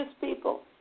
people